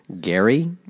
Gary